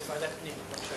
ועדת פנים.